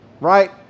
Right